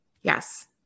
Yes